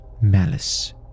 malice